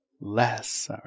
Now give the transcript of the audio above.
less